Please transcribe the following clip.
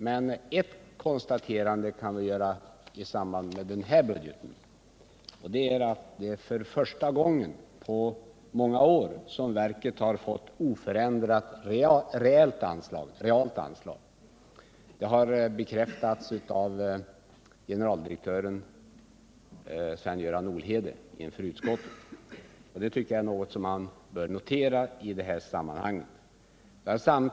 Men ett konstaterande kan vi göra i samband med denna budget: för första gången på många år har verket fått oförändrat reellt anslag. Generaldirektör Sven-Göran Olhede har bekräftat detta inför utskottet. Det är något som bör noteras i detta sammanhang.